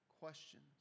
questions